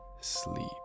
sleep